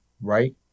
right